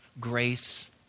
grace